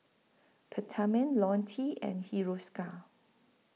Peptamen Ionil T and Hiruscar